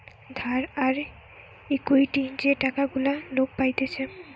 ধার আর ইকুইটি যে টাকা গুলা লোক পাইতেছে